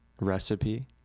recipe